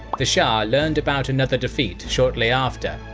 the shah learned about another defeat shortly after,